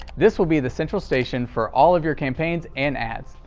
this will be the central station for all of your campaigns and ads.